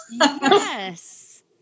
Yes